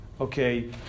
okay